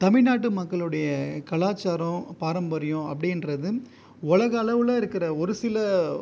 தமிழ்நாட்டு மக்களுடைய கலாச்சாரம் பாரம்பரியம் அப்படிங்றது உலகளவுல இருக்கிற ஒரு சில